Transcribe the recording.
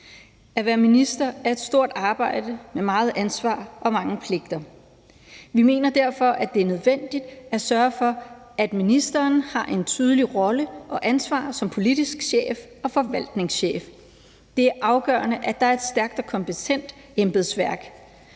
At være minister er et stort arbejde med meget ansvar og mange pligter. Vi mener derfor, at det er nødvendigt at sørge for, at ministeren har en tydelig rolle og et ansvar som politisk chef og forvaltningschef. Det er afgørende, at der er et stærkt og kompetent embedsværk.